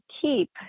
keep